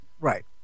Right